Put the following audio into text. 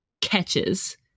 catches